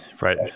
Right